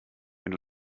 wenn